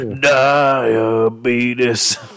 diabetes